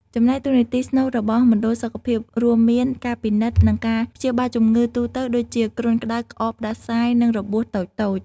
ចំណែកតួនាទីស្នូលរបស់មណ្ឌលសុខភាពរួមមាន ការពិនិត្យ និងការព្យាបាលជំងឺទូទៅដូចជា គ្រុនក្តៅ ក្អក ផ្តាសាយ និងរបួសតូចៗ។